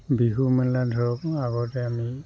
বিহু মেলা ধৰক আগতে আমি